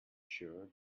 sure